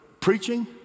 preaching